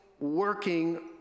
working